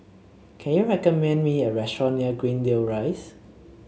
can you recommend me a restaurant near Greendale Rise